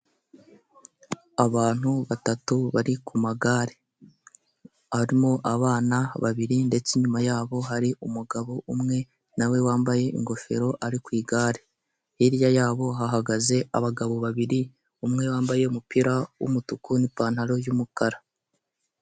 Abantu batatu bari kumagare harimo abana babiri ndetse inyuma yabo hari umugabo umwe nawe wambaye ingofero ari ku igare, hirya yabo hahagaze abagabo babiri umwe wambaye umupira w'umutuku n'pantaro y'umukara.